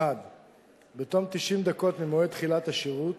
1. בתום 90 דקות ממועד תחילת השירות,